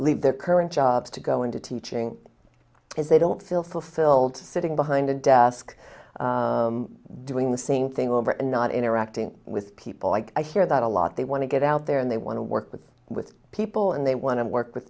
leave their current jobs to go into teaching because they don't feel fulfilled sitting behind a desk doing the same thing over and not interacting with people i hear that a lot they want to get out there and they want to work with with people and they want to work with